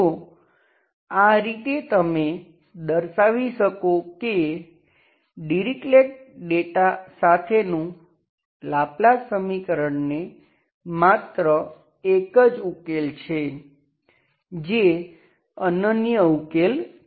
તો આ રીતે તમે દર્શાવી શકો કે ડિરીક્લેટ ડેટા સાથેનું લાપ્લાસ સમીકરણને માત્ર એક જ ઉકેલ છે જે અનન્ય ઉકેલ છે